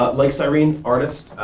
ah like so cyrene, artist,